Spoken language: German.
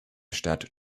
stadt